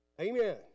Amen